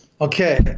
Okay